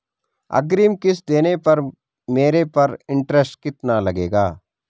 अग्रिम किश्त देने पर मेरे पर इंट्रेस्ट कितना लगेगा?